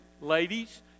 ladies